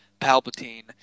Palpatine